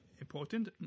important